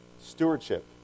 Stewardship